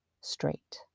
straight